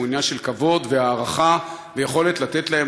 הוא עניין של כבוד והערכה ויכולת לתת להם